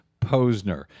Posner